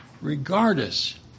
regardless